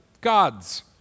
gods